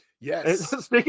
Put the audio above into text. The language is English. Yes